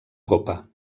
copa